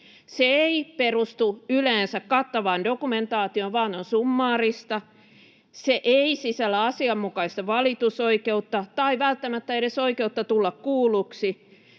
Se ei perustu yleensä kattavaan dokumentaatioon vaan on summaarista. Se ei sisällä asianmukaista valitusoikeutta tai välttämättä edes oikeutta tulla kuulluksi,